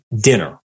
dinner